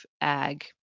ag